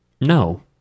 No